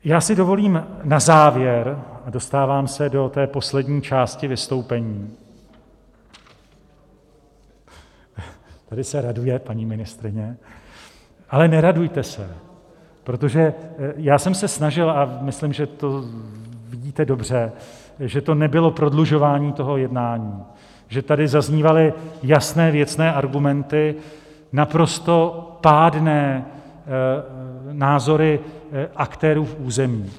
Já si dovolím na závěr, dostávám se do poslední části vystoupení tady se raduje paní ministryně... ale neradujte se, protože já jsem se snažil, a myslím, že to vidíte dobře, že to nebylo prodlužování toho jednání, že tady zaznívaly jasné, věcné argumenty, naprosto pádné názory aktérů v území.